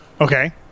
Okay